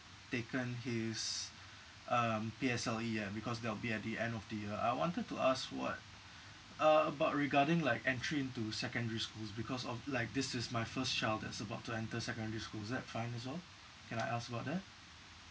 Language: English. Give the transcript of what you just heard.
taken his um P_S_L_E yet because that will be at the end of the year I wanted to ask what uh about regarding like entry into secondary schools because of like this is my first child that's about to enter secondary school is that fine as well can I ask about that